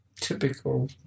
typical